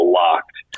locked